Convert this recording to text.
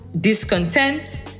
discontent